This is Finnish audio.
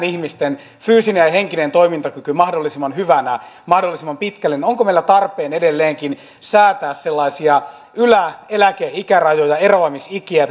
ihmisten fyysinen ja henkinen toimintakyky mahdollisimman hyvänä mahdollisimman pitkälle edelleenkin säätää sellaisia yläeläkeikärajoja eroamisikiä